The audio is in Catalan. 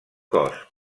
cos